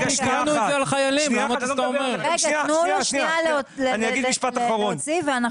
אני אומר משפט אחרון.